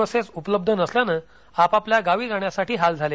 buses उपलब्ध नसल्यानं आपापल्या गावी जाण्यासाठी हाल झाले